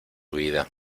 vida